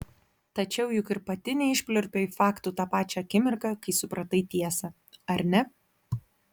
tačiau juk ir pati neišpliurpei faktų tą pačią akimirką kai supratai tiesą ar ne